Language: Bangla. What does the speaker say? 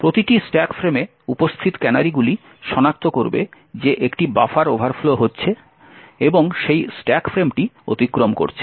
প্রতিটি স্ট্যাক ফ্রেমে উপস্থিত ক্যানারিগুলি সনাক্ত করবে যে একটি বাফার ওভারফ্লো হচ্ছে এবং সেই স্ট্যাক ফ্রেমটি অতিক্রম করছে